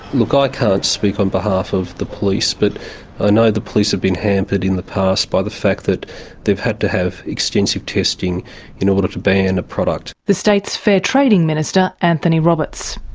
look, i can't speak on behalf of the police but i know the police have been hampered in the past by the fact that they've had to have extensive testing in order to ban a product. the state's fair trading minister, anthony roberts.